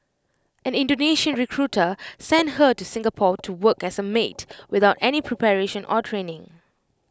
an Indonesian recruiter sent her to Singapore to work as A maid without any preparation or training